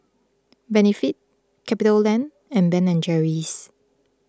Benefit CapitaLand and Ben and Jerry's